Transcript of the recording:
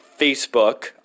Facebook